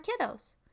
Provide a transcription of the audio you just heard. kiddos